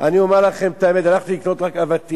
אני אומר לכם את האמת, הלכתי לקנות רק אבטיח.